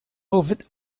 moved